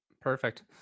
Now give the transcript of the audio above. Perfect